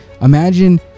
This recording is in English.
imagine